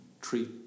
treat